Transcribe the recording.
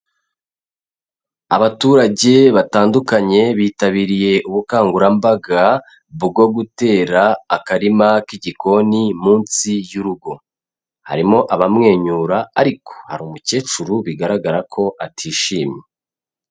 Abaturage batandukanye bitabiriye ubukangurambaga bwo gutera akarima k'igikoni munsi y'urugo, harimo abamwenyura ariko hari umukecuru bigaragara ko atishimye.